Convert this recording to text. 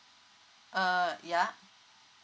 uh ya